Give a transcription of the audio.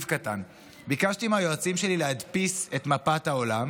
קטן: ביקשתי מהיועצים שלי להדפיס את מפת העולם,